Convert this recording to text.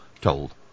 told